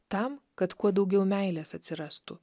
tam kad kuo daugiau meilės atsirastų